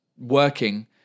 working